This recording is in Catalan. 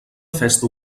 festa